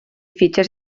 fitxers